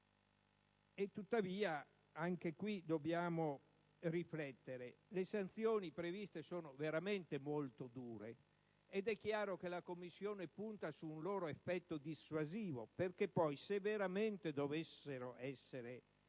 Tuttavia, anche qui dobbiamo riflettere: le sanzioni previste sono veramente molto dure, ed è chiaro che la Commissione punta su un loro effetto dissuasivo (perché poi, se veramente dovessero essere